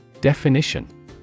Definition